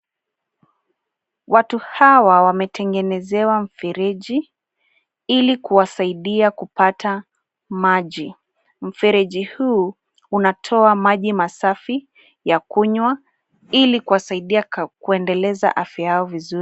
Watu hawa wametengenezewa mfereji ili kuwasaidia kupata maji. Mfereji huu unatoa maji masafi ya kunywa ili kuwasaidia kuendeleza afya yao vizuri.